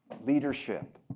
leadership